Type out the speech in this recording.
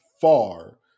far